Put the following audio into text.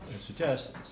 suggests